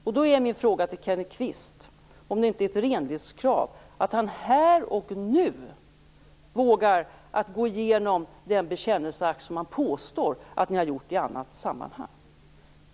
Därför är min fråga till Kenneth Kvist om det inte är ett renlighetskrav att han här och nu vågar gå igenom den bekännelseakt som han påstår att de har gjort i ett annat sammanhang.